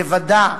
לבדה,